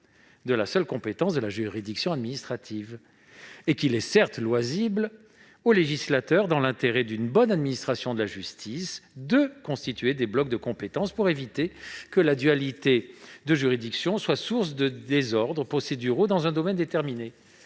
de la seule compétence de la juridiction administrative. Il est certes loisible au législateur, dans l'intérêt d'une bonne administration de la justice, de constituer des blocs de compétences pour éviter que la dualité de juridiction soit source de désordres procéduraux dans un domaine déterminé.